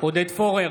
עודד פורר,